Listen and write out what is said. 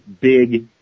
big